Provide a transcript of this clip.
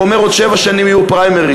הוא אומר: בעוד שבע שנים יהיו פריימריז.